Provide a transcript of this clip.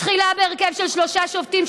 תחילה בהרכב של שלושה שופטים,